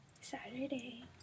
Saturday